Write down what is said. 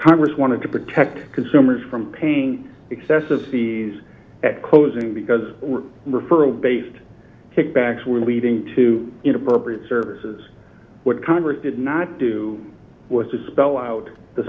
congress wanted to protect consumers from paying excessive fees at closing because referral based kickbacks were leading to inappropriate services what congress did not do was to spell out the